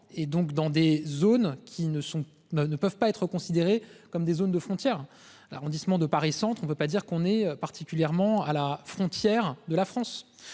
et donc dans des zones qui ne sont ne peuvent pas être considérées comme des zones de frontières arrondissement de Paris centre, on ne veut pas dire qu'on est particulièrement à la frontière de la France.